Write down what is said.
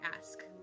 ask